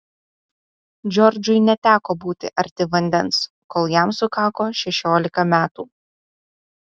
džordžui neteko būti arti vandens kol jam sukako šešiolika metų